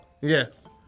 Yes